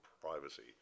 privacy